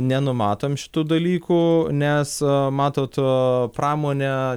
nenumatom šitų dalykų nes matot pramonė